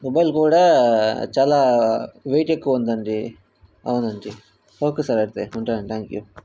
mobile కూడా చాలా weight ఎక్కువ ఉందండి అవునండి ఓకే సార్ అయితే ఉంటాను థ్యాంక్ యూ